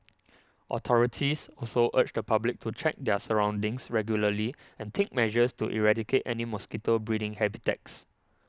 authorities also urge the public to check their surroundings regularly and take measures to eradicate any mosquito breeding habitats